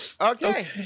Okay